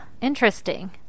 Interesting